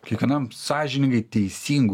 kiekvienam sąžiningai teisingu